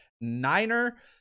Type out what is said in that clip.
Niner